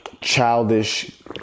childish